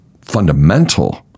fundamental